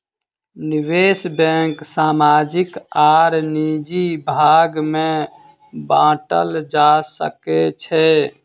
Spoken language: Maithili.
निवेश बैंक सामाजिक आर निजी भाग में बाटल जा सकै छै